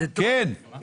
חד משמעית?